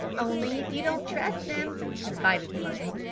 only if you don't trust them, confided flame.